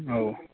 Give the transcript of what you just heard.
औ